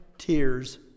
tears